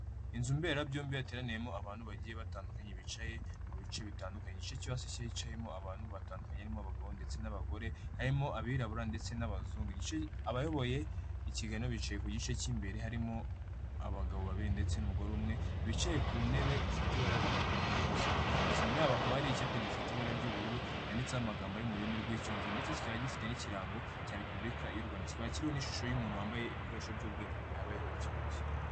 Inzu mbera byombi yateraniyemo abantu bagiye batandukanye bicaye mu bice bitandukanye igice cyo hasi cyicayemo abantu batandukanye harimo abagabo ndetse n'abagore harimo abirabura ndetse n’abazungu. Abayoboye ikiganiro bicaye ku gice cy'imbere harimo abagabo babiri ndetse n'umugore umwe bicaye ku ntebe ifite ibara rijya gusa nka kaki, inyuma yabo hakaba hari icyapa gifite ibara ry'ubururu cyanditseho amagambo ari mu rurimi rw'icyongereza ndetse kikaba gifite n'ikirango cya Repubulika y'u Rwanda, kikaba kiriho n'ishusho y'umuntu wambaye ibikoresho by'ubwirinzi mu gihe habayeho icyorezo.